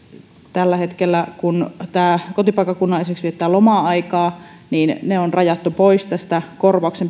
tällä hetkellä kun esimerkiksi kotipaikkakunnalle mennään viettämään loma aikaa niin se on rajattu pois tästä korvauksen